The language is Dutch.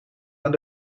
naar